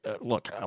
look